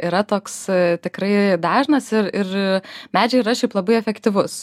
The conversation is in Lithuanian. yra toks tikrai dažnas ir ir medžiai yra šiaip labai efektyvus